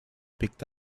picked